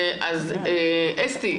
אסתי,